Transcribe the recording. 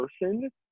person